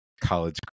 college